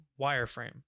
wireframe